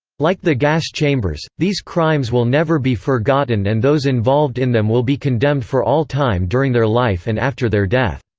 like the gas chambers, these crimes will never be forgotten and those involved in them will be condemned for all time during their life and after their death.